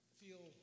feel